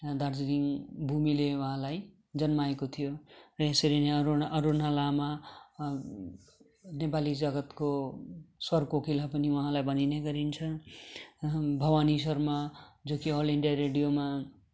दार्जिलिङ भूमिले उहाँलाई जन्माएको थियो र यसरी नै अरुण अरुणा लामा नेपाली जगत्को स्वरकोकिला पनि उहाँलाई भनिने गरिन्छ र भवानी शर्मा जो कि अल इन्डिया रेडियोमा